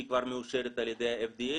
שהיא כבר מאושרת על ידי ה-FDA.